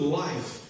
life